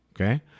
okay